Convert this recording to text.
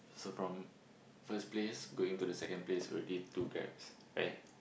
so from first place going to the second place already two Grabs right